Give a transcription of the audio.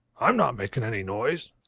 i'm not making any noise.